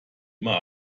immer